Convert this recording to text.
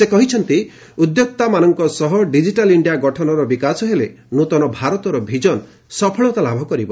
ସେ କହିଛନ୍ତି ଉଦ୍ୟୋକ୍ତା ମାନଙ୍କ ସହ ଏବଂ ଡିଜିଟାଲ ଇଞ୍ଜିଆ ଗଠନର ବିକାଶ ହେଲେ ନ୍ନତନ ଭାରତର ଭିଜନ ସଫଳତା ଲାଭ କରିବ